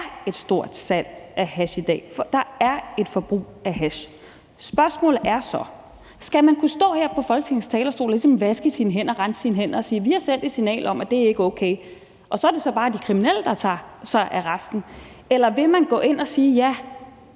et stort salg af hash i dag; der er et forbrug af hash. Spørgsmålet er så, om man skal kunne stå her på Folketingets talerstol og ligesom vaske sine hænder og rense sine hænder og sige, at vi har sendt et signal om, at det ikke er okay, og at det så bare er de kriminelle, der tager sig af resten, eller om man vil gå ind og sige: Ja,